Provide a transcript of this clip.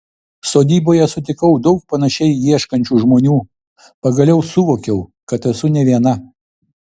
sodyboje sutikau daug panašiai ieškančių žmonių pagaliau suvokiau kad esu ne viena